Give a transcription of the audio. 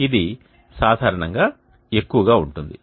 ఇది సాధారణంగా ఎక్కువగా ఉంటుంది